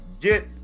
get